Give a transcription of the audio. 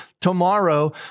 tomorrow